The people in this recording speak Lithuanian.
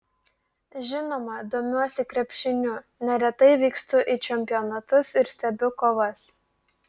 žinoma domiuosi krepšiniu neretai vykstu į čempionatus ir stebiu kovas